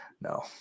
No